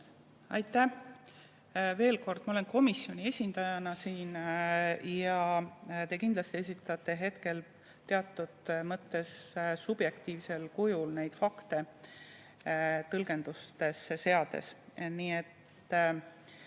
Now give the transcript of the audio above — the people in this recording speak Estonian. Aitäh! Veel kord: ma olen siin komisjoni esindajana. Ja te kindlasti esitate hetkel teatud mõttes subjektiivsel kujul neid fakte tõlgendustesse seades.